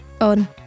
on